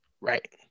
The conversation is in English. Right